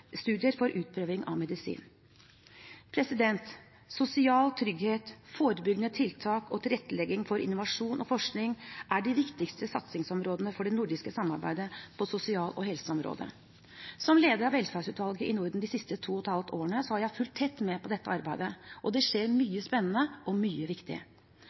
studier for utprøving av medisin. Sosial trygghet, forebyggende tiltak og tilrettelegging for innovasjon og forskning er de viktigste satsingsområdene for det nordiske samarbeidet på sosial- og helseområdet. Som leder av Velferdsutvalget i Norden de siste to og et halvt årene har jeg fulgt tett med på dette arbeidet, og det skjer mye spennende og mye viktig.